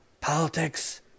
politics